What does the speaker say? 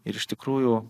ir iš tikrųjų